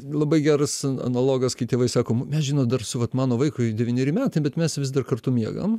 labai geras analogas kai tėvai sako mes žinot dar su vat mano vaikui devyneri metai bet mes vis dar kartu miegam